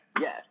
yes